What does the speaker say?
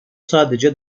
sadece